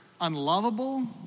unlovable